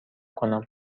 کنم